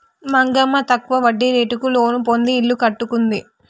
మంగమ్మ తక్కువ వడ్డీ రేటుకే లోను పొంది ఇల్లు కట్టుకుంది